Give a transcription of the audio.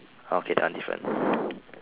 okay that one different